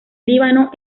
líbano